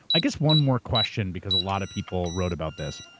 i guess one more question because a lot of people wrote about this.